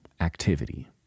activity